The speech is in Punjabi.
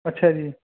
ਅੱਛਾ ਜੀ